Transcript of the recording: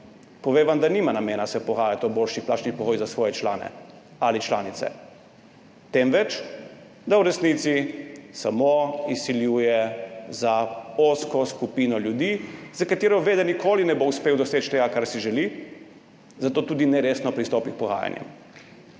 Pove vam, da nima namena pogajati se o boljših plačnih pogojih za svoje člane ali članice, temveč da v resnici samo izsiljuje za ozko skupino ljudi, za katero ve, da mu nikoli ne bo uspelo doseči tega, kar si želi, zato tudi neresno pristopi k pogajanjem.